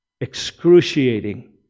excruciating